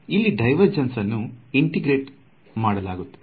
ಇಲ್ಲಿ ಡಿವೆರ್ಜನ್ಸ್ ಅನ್ನು ಇಂಟೆಗ್ರೇಟೆ ಮಾಡಲಾಗುತ್ತಿದೆ